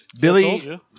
billy